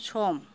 सम